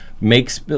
makes